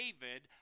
David